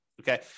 Okay